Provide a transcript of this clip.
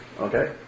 Okay